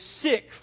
sick